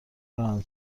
راننده